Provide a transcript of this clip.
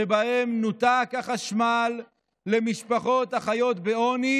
שבהם נותק החשמל למשפחות החיות בעוני